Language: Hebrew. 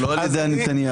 לא על ידי נתניהו.